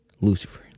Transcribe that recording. Lucifer